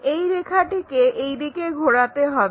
এই রেখাটিকে এইদিকে ঘোরাতে হবে